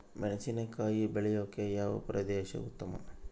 ಮೆಣಸಿನಕಾಯಿ ಬೆಳೆಯೊಕೆ ಯಾವ ಪ್ರದೇಶ ಉತ್ತಮ?